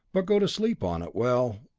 but go to sleep on it well,